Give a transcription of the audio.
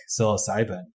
psilocybin